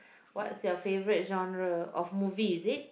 what is your favorite genre of movie is it